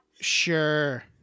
Sure